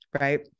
Right